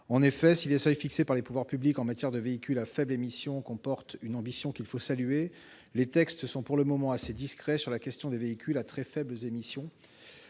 En effet, si les seuils fixés par les pouvoirs publics en matière de véhicules à faibles émissions traduisent une ambition qu'il faut saluer, les textes sont pour le moment assez discrets sur la question des véhicules à très faibles émissions,